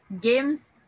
games